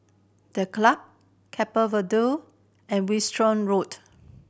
The Club Keppel Viaduct and Wiltshire Road